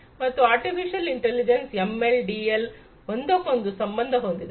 ಮತ್ತೆ artificial intelligence M L ML DL DL ಒಂದಕ್ಕೊಂದು ಸಂಬಂಧ ಹೊಂದಿದೆ